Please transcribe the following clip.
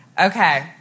Okay